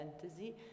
fantasy